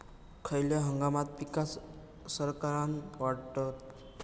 खयल्या हंगामात पीका सरक्कान वाढतत?